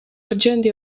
argenti